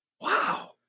Wow